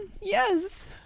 yes